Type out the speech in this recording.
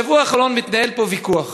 בשבוע האחרון מתנהל פה ויכוח,